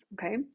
okay